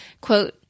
Quote